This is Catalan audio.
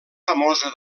famosa